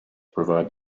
provide